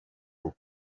look